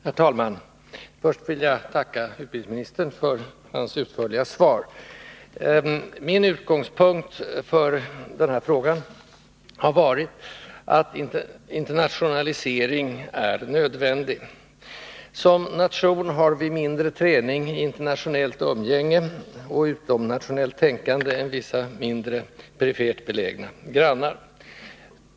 Herr talman! Först vill jag tacka utbildningsministern för hans utförliga svar. Min utgångspunkt för denna fråga har varit att internationalisering är nödvändig. Som nation har vi mindre träning i internationellt umgänge och utomnationellt tänkande än vissa mindre perifert belägna grannar.